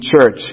church